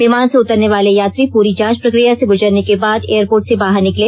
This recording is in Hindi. विमान से उतरने वाले यात्री पूरी जांच प्रक्रिया से गुजरने के बाद एयरपोर्ट से बाहर निकले